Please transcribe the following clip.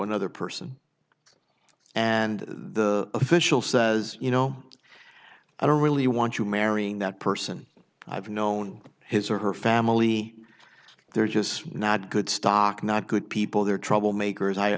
another person and the official says you know i don't really want you marrying that person i've known his or her family they're just not good stock not good people they're trouble makers i